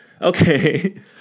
Okay